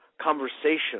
conversation